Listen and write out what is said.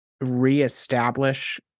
reestablish